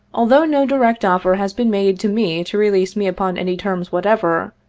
although no direct offer has been made to me to release me upon any terms whatsoever,